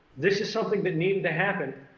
this is something that needed to happen,